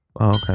Okay